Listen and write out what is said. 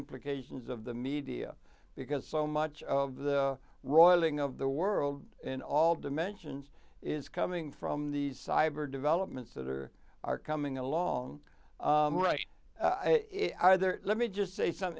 implications of the media because so much of the roiling of the world in all dimensions is coming from these cyber developments that are are coming along right there let me just say some